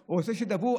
שידברו.